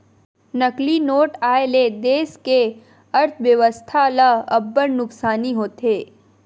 नकली नोट आए ले देस के अर्थबेवस्था ल अब्बड़ नुकसानी होथे